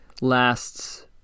lasts